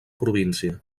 província